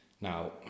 Now